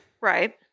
Right